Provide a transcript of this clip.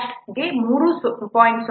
0 ಮತ್ತು ಎಂಬೆಡೆಡ್ ಗೆ ಇದು 2